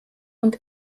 und